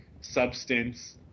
substance